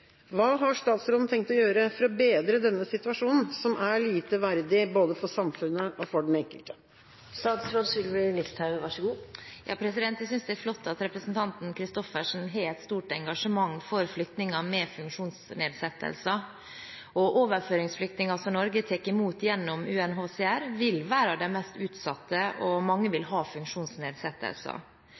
Hva har statsråden tenkt å gjøre for å bedre denne situasjonen, som er lite verdig, både for samfunnet og for den enkelte?» Jeg synes det er flott at representanten Christoffersen har et stort engasjement for flyktninger med funksjonsnedsettelser. Overføringsflyktninger som Norge tar imot gjennom UNHCR, vil være de mest utsatte, og mange vil ha funksjonsnedsettelser.